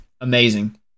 amazing